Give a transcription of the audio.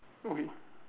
okay